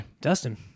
dustin